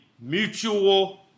mutual